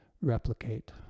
replicate